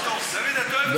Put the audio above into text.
האמת שזו טיסה ארוכה, למטוס.